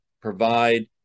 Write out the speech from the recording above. provide